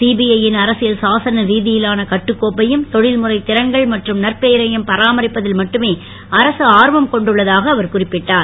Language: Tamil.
சிபிஐ யின் அரசியல்சாசன ரீதியிலான கட்டுக்கோப்பையும் தொழில் முறைத் திறன்கள் மற்றும் நற்பெயரையும் பராமரிப்பதில் மட்டுமே அரசு ஆர்வம் கொண்டுள்ளதாக அவர் குறிப்பிட்டார்